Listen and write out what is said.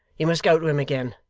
you must go to him again,